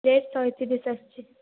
veg ଶହେ ତିରିଶ ଆସୁଛି